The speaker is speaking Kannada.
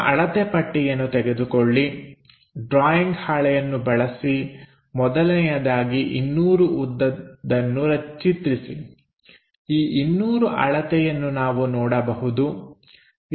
ನಿಮ್ಮ ಅಳತೆ ಪಟ್ಟಿಯನ್ನು ತೆಗೆದುಕೊಳ್ಳಿ ಡ್ರಾಯಿಂಗ್ ಹಾಳೆಯನ್ನು ಬಳಸಿ ಮೊದಲನೆಯದಾಗಿ 200 ಉದ್ದದ್ದನ್ನು ಚಿತ್ರಿಸಿ ಈ 200 ಅಳತೆಯನ್ನುನಾವು ನೋಡಬಹುದು